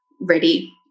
ready